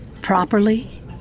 Properly